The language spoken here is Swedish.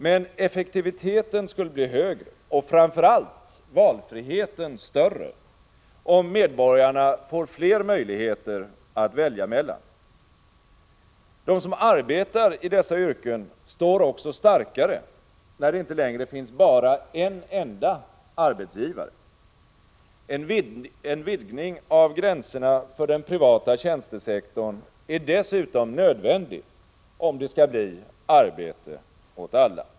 Men effektiviteten skulle bli högre, och framför allt valfriheten större, om medborgarna får fler möjligheter att välja emellan. De som arbetar i dessa yrken står också starkare, när det inte längre finns bara en enda arbetsgivare. En vidgning av gränserna för den privata tjänstesektorn är dessutom nödvändig, om det skall bli arbete åt alla.